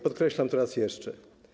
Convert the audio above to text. Podkreślam to raz jeszcze.